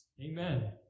Amen